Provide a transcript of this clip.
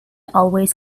always